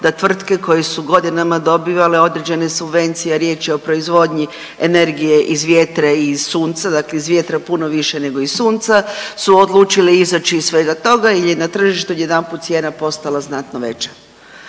da tvrtke koje su godinama dobivale određene subvencije, a riječ je o proizvodnji energije iz vjetra i iz sunca. Dakle iz vjetra puno više nego iz sunca su odlučili izaći iz svega toga, jer je na tržištu odjedanput cijena postala znatno veća